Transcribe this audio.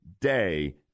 day